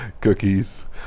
cookies